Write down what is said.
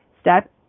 step